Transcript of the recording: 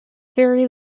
very